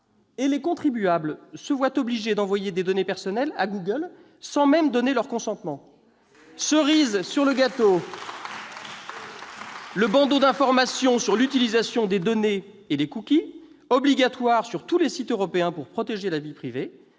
et les contribuables se voient obligés d'envoyer des données personnelles à Google, sans même y avoir consenti. Cerise sur le gâteau, le bandeau d'information sur l'utilisation des données et les cookies, obligatoire sur tous les sites européens pour protéger la vie privée,